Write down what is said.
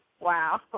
Wow